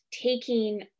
taking